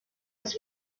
was